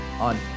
on